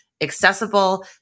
accessible